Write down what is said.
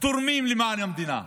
תורמים למען המדינה,